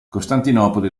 costantinopoli